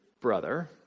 brother